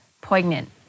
poignant